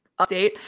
update